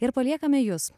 ir paliekame jus